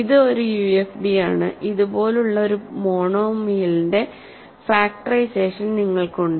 ഇത് ഒരു യുഎഫ്ഡിയാണ് ഇതുപോലുള്ള ഒരു മോണോമിയലിന്റെ ഫാക്റ്ററൈസേഷൻ നിങ്ങൾക്കുണ്ട്